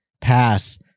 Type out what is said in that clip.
pass